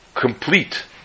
complete